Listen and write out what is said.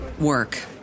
work